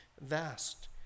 vast